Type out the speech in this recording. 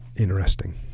interesting